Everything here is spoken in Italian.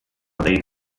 dei